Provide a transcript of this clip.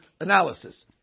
analysis